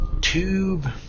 tube